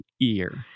ear